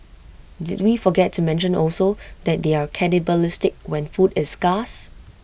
did we forget to mention also that they're cannibalistic when food is scarce